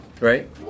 right